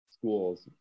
schools